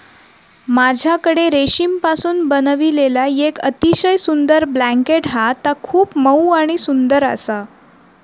माझ्याकडे रेशीमपासून बनविलेला येक अतिशय सुंदर ब्लँकेट हा ता खूप मऊ आणि सुंदर आसा